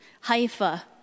Haifa